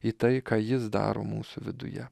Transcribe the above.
į tai ką jis daro mūsų viduje